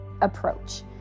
approach